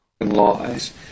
lies